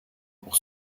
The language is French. pour